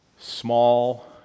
Small